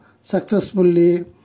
successfully